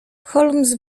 holmes